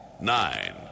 nine